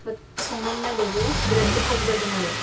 बाट संनानै नायबायबो बिरात गोथावबो जादों आरो